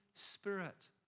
spirit